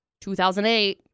2008